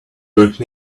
work